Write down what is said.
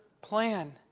plan